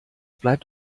bleibt